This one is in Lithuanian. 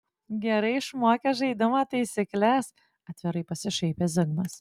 gerai išmokęs žaidimo taisykles atvirai pasišaipė zigmas